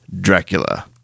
Dracula